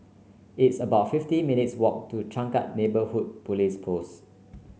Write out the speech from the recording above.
it's about fifty minutes walk to Changkat Neighbourhood Police Post